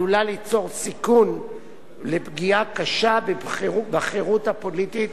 עלול ליצור סיכון של פגיעה קשה בחירות הפוליטית